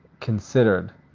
considered